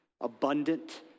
abundant